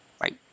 right